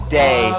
day